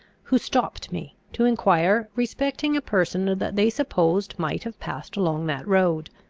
who stopped me, to enquire respecting a person that they supposed might have passed along that road.